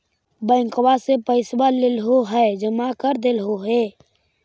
बैंकवा से पैसवा लेलहो है जमा कर देलहो हे?